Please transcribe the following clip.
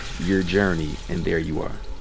your journey and there you are.